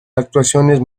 actuaciones